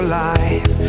life